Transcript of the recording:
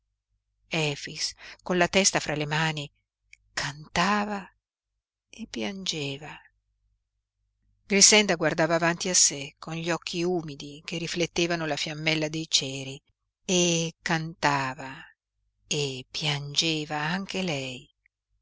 con la testa fra le mani cantava e piangeva grixenda guardava avanti a sé con gli occhi umidi che riflettevano la fiammella dei ceri e cantava e piangeva anche lei